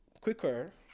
quicker